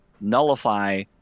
nullify